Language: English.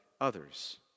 others